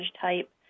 type